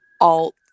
alt